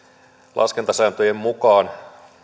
laskentasääntöjen mukaan